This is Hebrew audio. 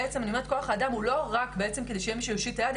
בעצם אני אומרת כוח האדם הוא לא רק בעצם כדי שיהיה יושיט את היד,